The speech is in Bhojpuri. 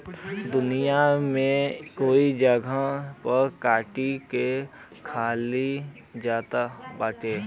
दुनिया में कई जगही पे कीट के खाईल जात बाटे